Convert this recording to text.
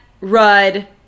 rud